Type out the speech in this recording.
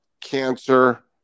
cancer